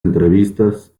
entrevistas